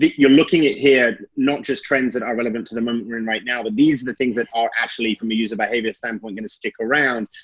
you're looking at here not just trends that are relevant to the moment we're in right now, but these are the things that are actually from a user behavior standpoint gonna stick around.